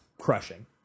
crushing